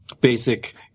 basic